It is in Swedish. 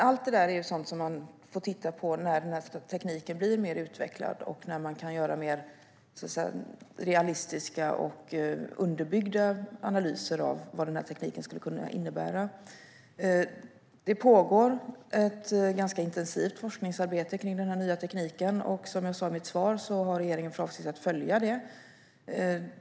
Allt detta är förstås sådant som man får titta på när tekniken blir mer utvecklad och man kan göra mer realistiska och underbyggda analyser av vad den skulle kunna innebära. Det pågår ett ganska intensivt forskningsarbete kring den här nya tekniken, och som jag sa i mitt svar har regeringen för avsikt att följa det.